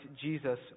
Jesus